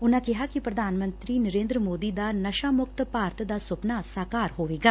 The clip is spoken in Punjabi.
ਉਨਾਂ ਕਿਹਾ ਕਿ ਪ੍ਰਧਾਨ ਮੰਤਰੀ ਨਰੇਂਦਰ ਸੋਦੀ ਦਾ ਨਸ਼ਾ ਮੁਕਤ ਭਾਰਤ ਦਾ ਸੁਪਨਾ ਸਾਕਾਰ ਹੋਵੇਗਾ